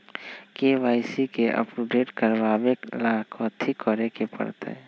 KYC के update करवावेला कथि करें के परतई?